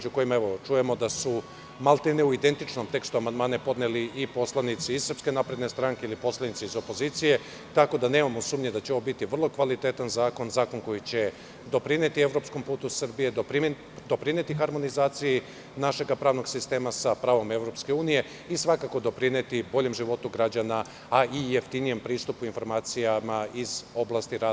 Čujemo da su maltene u identičnom tekstu amandmane podneli i poslanici SNS i poslanici iz opozicije, tako da nemamo sumnje da će ovo biti vrlo kvalitetan zakon, zakon koji će doprineti evropskom putu Srbije, doprineti harmonizaciji našeg pravnog sistema sa pravom EU i doprineti boljem životu građana, a i jeftinijem pristupu informacijama iz oblasti rada RGZ.